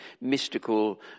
mystical